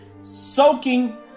soaking